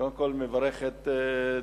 קודם כול מברך את אדרי,